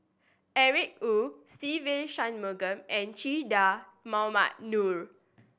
Eric Khoo Se Ve Shanmugam and Che Dah Mohamed Noor